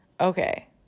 okay